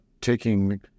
taking